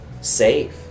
safe